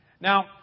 Now